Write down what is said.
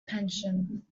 pension